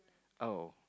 oh